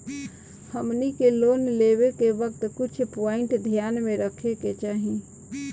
हमनी के लोन लेवे के वक्त कुछ प्वाइंट ध्यान में रखे के चाही